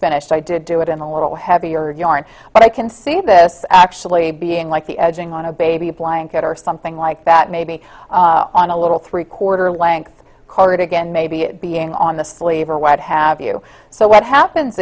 finished i did do it in a little heavier yarn but i can see this actually being like the edging on a baby blanket or something like that maybe on a little three quarter length colored again maybe being on the sleeve or what have you so what happens